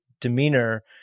demeanor